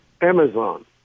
amazon